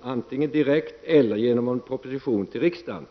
antingen direkt eller via en proposition till riksdagen.